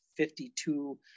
52